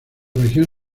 región